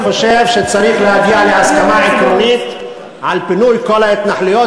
אני חושב שצריך להגיע להסכמה עקרונית על פינוי כל ההתנחלויות,